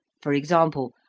for example,